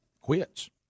quits